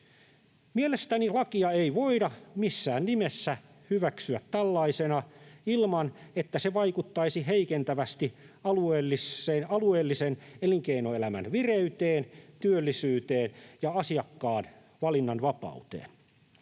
Mielestäni lakia ei voida missään nimessä hyväksyä tällaisena ilman, että se vaikuttaisi heikentävästi alueellisen elinkeinoelämän vireyteen, työllisyyteen ja asiakkaan valinnanvapauteen.